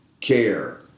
care